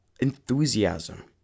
enthusiasm